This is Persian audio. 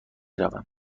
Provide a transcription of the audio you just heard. روم